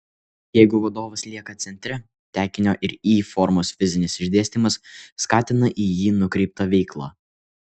jeigu vadovas lieka centre tekinio ir y formos fizinis išsidėstymas skatina į jį nukreiptą veiklą